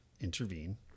intervene